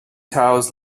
taos